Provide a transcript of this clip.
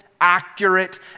accurate